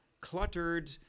cluttered